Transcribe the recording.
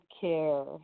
care